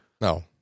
No